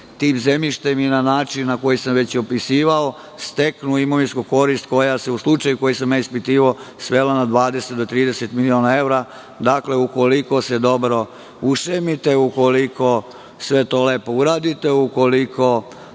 tim zemljištem, na način koji sam već opisivao, steknu imovinsku korist koja se, u slučaju koji sam ja ispitivao, svela na 20 do 30 miliona evra, dakle ukoliko se dobro ušemite, ukoliko sve to lepo uradite, ukoliko